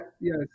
yes